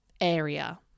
area